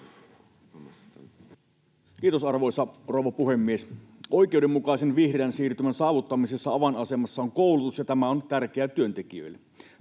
Kiitos, arvoisa rouva puhemies! Oikeudenmukaisen vihreän siirtymän saavuttamisessa avainasemassa on koulutus, ja tämä on tärkeää työntekijöille.